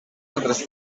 altres